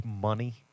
money